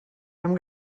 amb